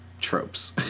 tropes